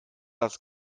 das